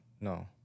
No